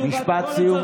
משפט סיום,